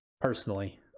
personally